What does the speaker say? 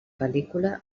pel·lícula